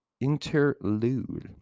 Interlude